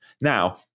Now